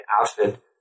outfit